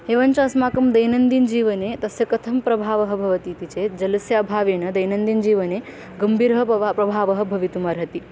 एवञ्च अस्माकं दैनन्दिनजीवने तस्य कथं प्रभावः भवति इति चेत् जलस्य अभावेन दैनन्दिनजीवने गम्भीरः पबा प्रभावः भवितुमर्हति